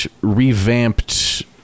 revamped